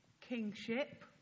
kingship